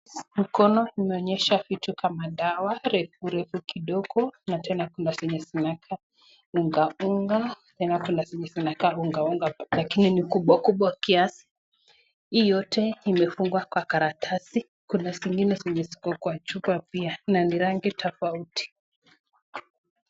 Mkono imeonyesha vitu kama dawa refu refu kidogo na tena kuna zenye zinakaa unga unga lakini ni kubwa kiasi, hii yote imefungwa kwa karatasi, kuna zingine zenye ziko kwa chupa pia na ni rangi tofauti.